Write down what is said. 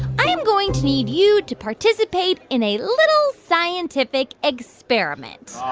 i am going to need you to participate in a little scientific experiment